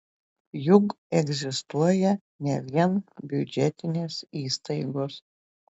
juk egzistuoja ne vien biudžetinės įstaigos